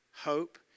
hope